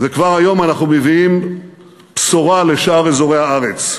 וכבר היום אנחנו מביאים בשורה לשאר אזורי הארץ,